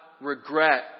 regret